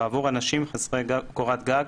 בעבור אנשים חסרי קורת גג,